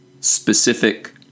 specific